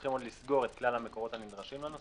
צריכים עוד "לסגור" את כלל המקורות הנדרשים לנושא.